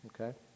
Okay